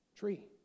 tree